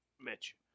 Mitch